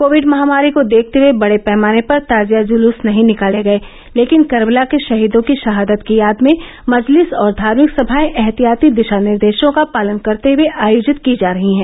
Covid महामारी को देखते हए बडे पैमाने पर ताजिया जुलूस नहीं निकाले गये लेकिन कर्बला के शहीदों की शहादत की याद में मजलिस और धार्मिक सभाएं एहतियाती दिशा निर्देशों का पालन करते हुए आयोजित की जा रही है